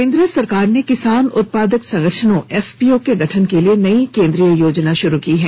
केंद्र सरकार ने किसान उत्पादक संगठनों एफपीओ के गठन के लिए नई केन्द्रीय योजना शुरू की है